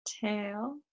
Tail